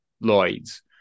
Lloyds